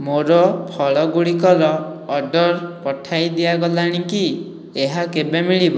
ମୋର ଫଳ ଗୁଡ଼ିକର ଅର୍ଡ଼ର୍ ପଠାଇ ଦିଆଗଲାଣି କି ଏହା କେବେ ମିଳିବ